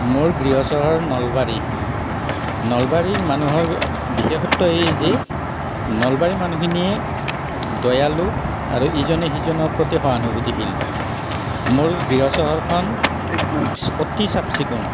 মোৰ গৃহ চহৰ নলবাৰী নলবাৰীৰ মানুহৰ বিশেষত্ব এইয়ে যে নলবাৰীৰ মানুহখিনি দয়ালু আৰু ইজনে সিজনৰ প্ৰতি সহানুভূতিশীল মোৰ গৃহ চহৰখন অতি চাফ চিকুণ